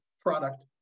product